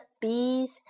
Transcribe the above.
bees